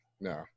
no